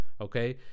okay